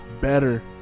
better